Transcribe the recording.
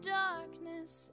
darkness